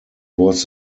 was